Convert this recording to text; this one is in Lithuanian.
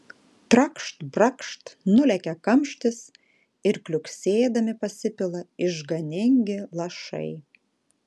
trakšt brakšt nulekia kamštis ir kliuksėdami pasipila išganingi lašai